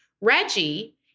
Reggie